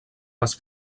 les